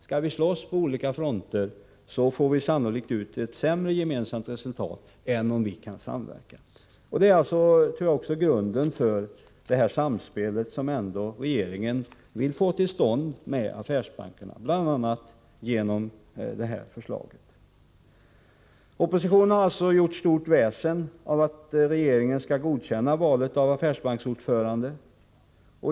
Skall vi slåss på olika fronter, får vi sannolikt ut ett sämre gemensamt resultat än om vi kan samverka. Det tror jag är grunden för det samspel som regeringen vill få till stånd med affärsbankerna, bl.a. genom detta förslag. Oppositionen har alltså gjort stort väsen av att regeringen skall godkänna valet av affärsbanksordförande.